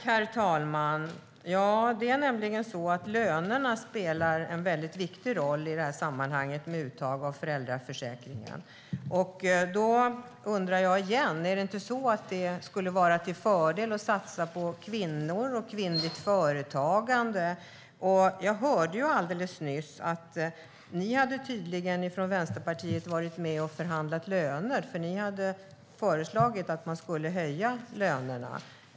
Herr talman! Lönerna spelar en väldigt viktig roll i sammanhanget med uttag av föräldraförsäkringen. Jag undrar igen: Skulle det inte vara till fördel att satsa på kvinnor och kvinnligt företagande? Jag hörde alldeles nyss att ni från Vänsterpartiet tydligen hade varit med och förhandlat löner. Ni hade föreslagit att man skulle höja lönerna.